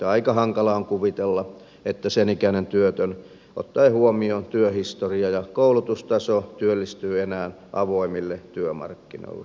aika hankalaa on kuvitella että sen ikäinen työtön ottaen huomioon työhistorian ja koulutustason työllistyy enää avoimille työmarkkinoille